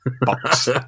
box